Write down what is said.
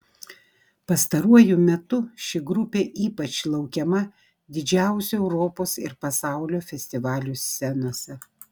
pastaruoju metu ši grupė ypač laukiama didžiausių europos ir pasaulio festivalių scenose